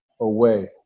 away